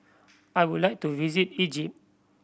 I would like to visit Egypt